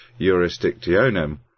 jurisdictionem